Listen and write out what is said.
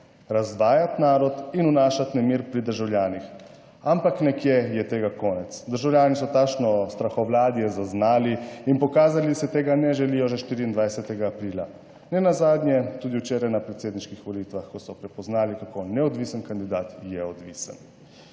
razvajati narod in vnašati nemir pri državljanih. Ampak nekje je tega konec. Državljani so takšno strahovladje zaznali in pokazali da si tega ne želijo že 24. aprila, nenazadnje tudi včeraj na predsedniških volitvah, ko so prepoznali, kako neodvisen kandidat je odvisen.